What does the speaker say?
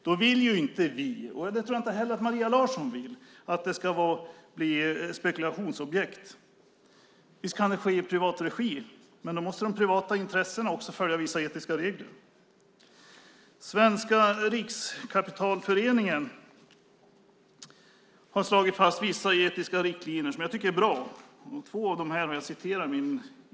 Vi vill inte - och jag tror inte heller att Maria Larsson vill det - att vården ska bli ett spekulationsobjekt. Visst kan vård ske i privat regi, men då måste de privata intressena följa vissa etiska regler. Svenska Riskkapitalföreningen har slagit fast vissa etiska riktlinjer, som jag tycker är bra. Jag citerade två av dem i min interpellation.